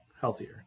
healthier